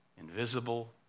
invisible